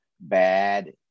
bad